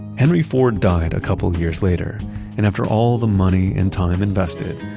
henry ford died a couple of years later and after all the money and time invested,